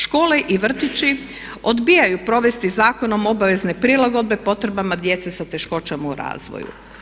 Škole i vrtići odbijaju provesti zakonom obvezne prilagodbe potrebama djece s teškoćama u razvoju.